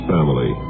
Family